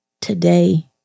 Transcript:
today